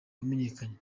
wamenyekanye